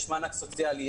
יש מענק סוציאלי,